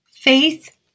Faith